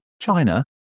China